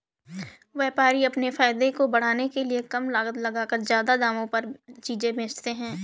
व्यापारी अपने फायदे को बढ़ाने के लिए कम लागत लगाकर ज्यादा दामों पर अपनी चीजें बेचते है